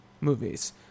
movies